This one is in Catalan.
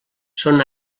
són